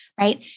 right